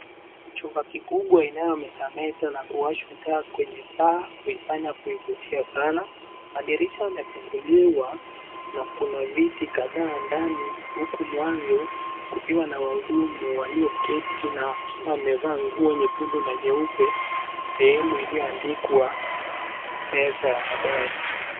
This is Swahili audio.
Chumba kikubwa inayo meta meta na kuwashwa taa kwenye paa imeifanya kuvutia sana. Madirisha yamefunguliwa na kuna viti kadhaa ndani, huku mwanzo kukiwa na wahudumu walioketi na wakiwa wamevaa nguo ya nyekundu na nyeupe, sehemu iliyo andikwa meza ya habari.